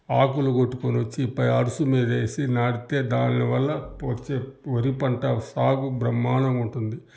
ఆకులు కొట్టుకోనొచ్చి పై అరుసు మీదేసి నాటితే దాని వల్ల వచ్చే వరి పంట సాగు బ్రహ్మాండంగా ఉంటుంది